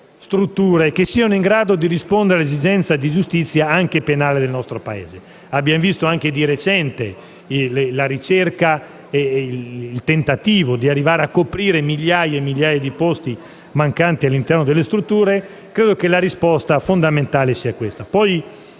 strutture che siano in grado di rispondere all'esigenza di giustizia, anche penale, del nostro Paese. Abbiamo visto, anche di recente, il tentativo di arrivare a coprire migliaia e migliaia di posti mancanti all'interno delle strutture. E credo che la risposta fondamentale sia proprio